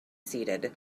seated